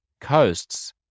coasts